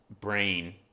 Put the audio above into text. brain